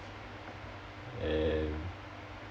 and